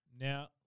Now